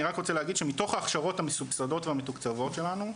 אני רק רוצה להגיד שמתוך ההכשרות המסובסדות והמתוקצבות שלנו,